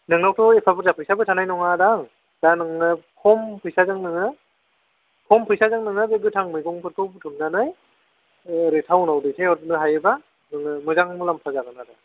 नोंनावथ' एफा बुरजा फैसाबो थानाय नङादां दां नोङो खम फैसाजों नोङो खम फैसाजों नोङो बे गोथां मैगंफोरखौ बुथुम नानै ओरै टाउनाव दैथायहरनो हायोब्ला नोङो मोजां मुलामफा जागोन आरो